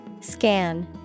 scan